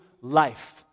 life